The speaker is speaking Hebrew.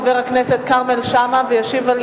חברי חברי הכנסת, הנושא הבא על